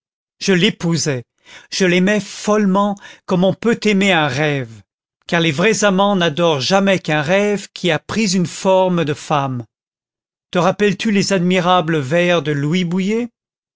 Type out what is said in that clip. je l'épousai je l'aimais follement comme on peut aimer un rêve car les vrais amants n'adorent jamais qu'un rêve qui a pris une forme de femme te rappelles-tu les admirables vers de louis bouilhet